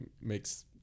makes